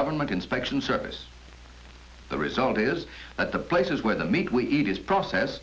government inspection service the result is that the places where the meat we eat is processed